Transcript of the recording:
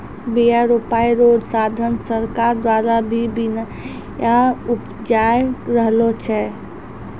बिया रोपाय रो साधन सरकार द्वारा भी बिया उपजाय रहलो छै